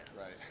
Right